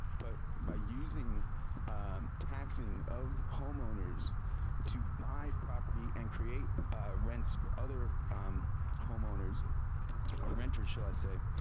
but by using taxing of homeowners to buy property and create rents for other homeowners or renters shall i say,